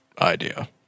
idea